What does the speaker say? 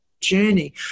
journey